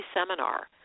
seminar